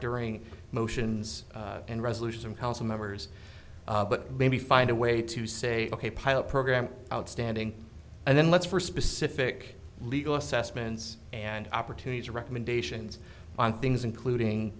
during motions and resolutions and council members but maybe find a way to say ok pilot program outstanding and then let's for specific legal assessments and opportunities for recommendations on things including